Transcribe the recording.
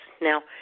now